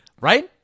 Right